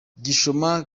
gishoma